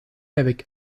avec